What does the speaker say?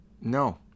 No